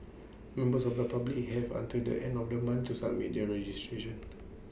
members of the public have until the end of the month to submit their registration